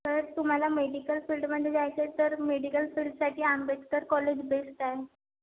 तर तुम्हाला मेडिकल फील्डमध्ये जायचं आहे तर मेडिकल फील्डसाठी आंबेडकर कॉलेज बेस्ट आहे